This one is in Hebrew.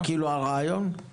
זה הרעיון, כאילו?